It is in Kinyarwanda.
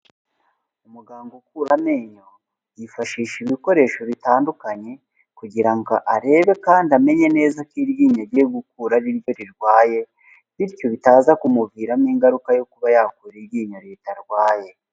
Umuganga ukura amenyo, yifashisha ibikoresho bitandukanye kugira ngo arebe kandi amenye neza ko iryinyo agiye gukura ari ryo rirwaye, bityo bitaza kumuviramo ingaruka yo kuba yakura iryinyo ritarwaye.